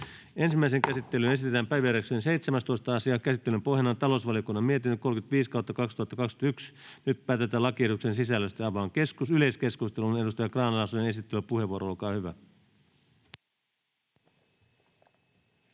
Ensimmäiseen käsittelyyn esitellään päiväjärjestyksen 17. asia. Käsittelyn pohjana on talousvaliokunnan mietintö TaVM 35/2021 vp. Nyt päätetään lakiehdotuksen sisällöstä. — Avaan yleiskeskustelun. — Edustaja Grahn-Laasonen, esittelypuheenvuoro, olkaa hyvä.